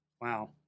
Wow